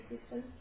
system